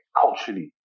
culturally